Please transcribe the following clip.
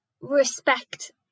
respect